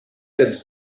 that